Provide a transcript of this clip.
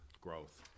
growth